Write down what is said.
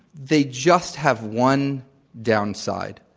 they just have one downside.